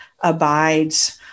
abides